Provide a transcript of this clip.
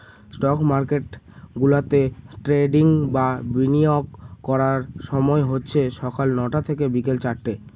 stock market গুলাতে trading বা বিনিয়োগ করার সময় হচ্ছে সকাল নটা থেকে বিকেল চারটে